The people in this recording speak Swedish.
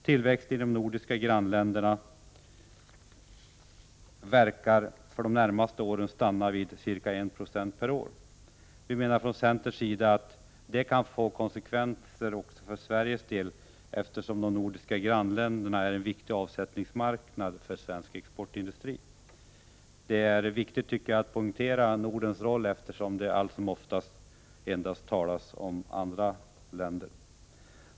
Tillväxten i de nordiska grannländerna verkar för de närmaste åren stanna vid ca 1 26 per år. Från centerns sida menar vi att detta kan få konsekvenser även för Sveriges del, eftersom de nordiska grannländerna är en viktig avsättningsmarknad för svensk exportindustri. Jag tycker att det är viktigt att poängtera Nordens roll, eftersom det alltsomoftast endast talas om andra länder.